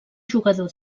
jugador